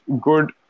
good